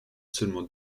seulement